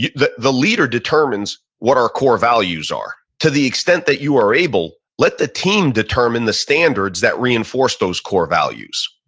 the the leader determines what our core values are. to the extent that you are able, let the team determine the standards that reinforce those core values.